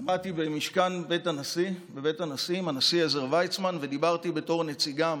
עמדתי בבית הנשיא עם הנשיא עזר ויצמן ודיברתי בתור נציגם